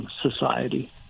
society